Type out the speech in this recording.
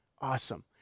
Awesome